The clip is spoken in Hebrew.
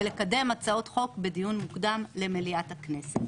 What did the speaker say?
ולקדם הצעות חוק בדיון מוקדם למליאת הכנסת.